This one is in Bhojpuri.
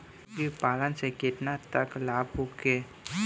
मुर्गी पालन से केतना तक लाभ होखे?